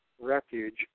refuge